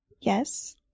Yes